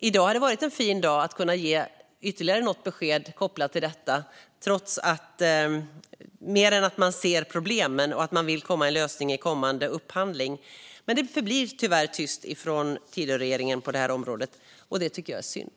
I dag hade det varit en fin dag att kunna ge ytterligare något besked kopplat till detta mer än att man ser problemen och att man vill komma med en lösning vid kommande upphandling. Men det förblir tyvärr tyst från Tidöregeringen på detta område, och det tycker jag är synd.